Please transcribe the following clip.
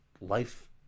life